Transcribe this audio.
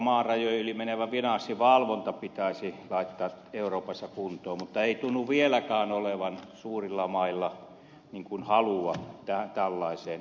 maan rajojen yli menevä finanssivalvonta pitäisi laittaa euroopassa kuntoon mutta ei tunnu vieläkään olevan suurilla mailla halua tällaiseen